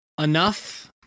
enough